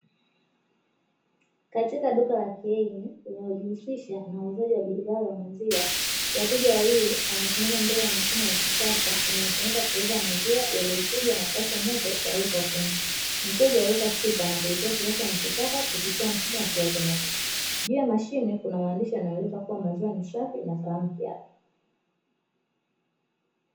Katika duka la kieni linaojihusisha na uuzaji wa bidhaa za maziwa, wateja wawili wamesimama mbele ya mashine ya kisasa inayotumika kuuza maziwa yaliyochujwa na kupashwa moto tayari kwa kunywa , mteja huweka chupa na kulipia kiasi anachotaka kupitia mfumo wa kiautomatiki ,juu ya mashine kuna maandishi yanayoeleza kuwa maziwa ni safi na salama kiafya.